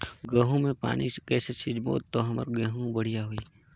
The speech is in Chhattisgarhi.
गहूं म पानी कइसे सिंचबो ता हमर गहूं हर बढ़िया होही?